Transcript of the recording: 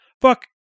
Fuck